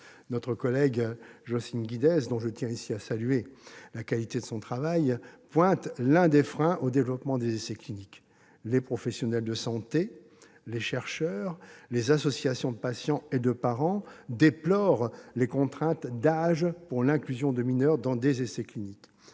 Notre collègue Jocelyne Guidez, dont je tiens à saluer la qualité du travail, pointe l'un des freins au développement des essais cliniques. Les professionnels de santé, les chercheurs et les associations de patients et de parents déplorent les contraintes d'âge pour l'inclusion de mineurs dans des essais cliniques.